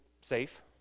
safe